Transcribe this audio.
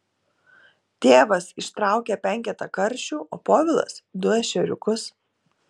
tėvas ištraukia penketą karšių o povilas du ešeriukus